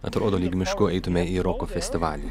atrodo lyg mišku eitume į roko festivalį